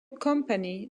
company